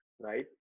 right